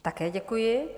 Také děkuji.